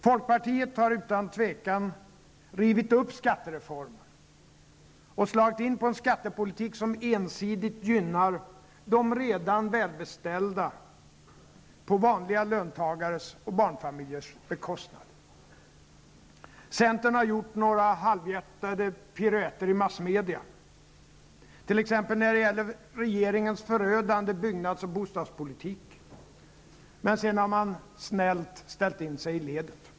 Folkpartiet har utan att tveka rivit upp skattereformen och slagit in på en skattepolitik som ensidigt gynnar de redan välbeställda, på vanliga löntagares och barnfamiljers bekostnad. Centern har gjort några halvhjärtade piruetter i massmedia, t.ex. när det gäller regeringens förödande byggnads och bostadspolitik. Men sedan har man snällt ställt in sig i ledet.